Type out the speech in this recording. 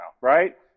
right